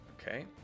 Okay